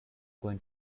going